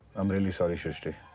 i'm really sorry, shristi.